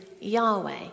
Yahweh